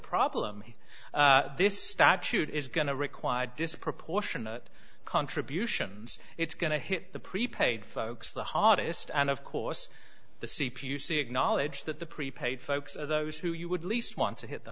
problem this statute is going to require disproportionate contributions it's going to hit the prepaid folks the hardest and of course the c p you see acknowledge that the prepaid folks are those who you would least want to hit the